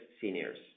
seniors